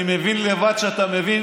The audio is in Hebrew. אני מבין לבד שאתה מבין